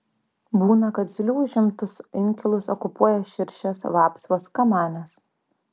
būna kad zylių užimtus inkilus okupuoja širšės vapsvos kamanės